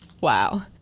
Wow